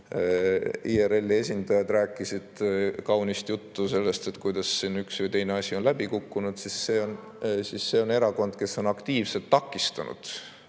IRL-i esindajad rääkisid kaunist juttu sellest, kuidas üks või teine asi on läbi kukkunud, siis see on erakond, kes on aktiivselt takistanud